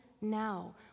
now